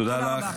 תודה רבה.